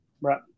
Right